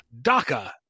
DACA